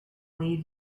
leave